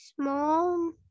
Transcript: small